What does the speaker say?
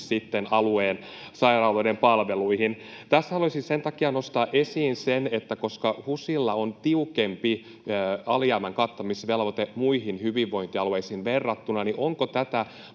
alueen sairaaloiden palveluihin. Haluaisin sen takia nostaa esiin sen, että koska HUSilla on tiukempi alijäämän kattamisvelvoite muihin hyvinvointialueisiin verrattuna, niin onko tätä